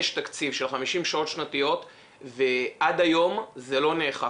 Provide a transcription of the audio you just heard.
יש תקציב של 50 שעות שנתיות ועד היום זה לא נאכף.